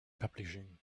publishing